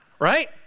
right